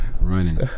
running